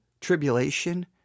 tribulation